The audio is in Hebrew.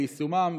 ליישומן,